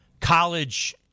college